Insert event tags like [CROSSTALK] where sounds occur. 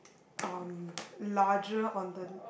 [NOISE] um larger on the